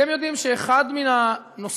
אתם יודעים שאחד מן הנושאים,